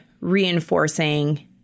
reinforcing